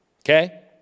okay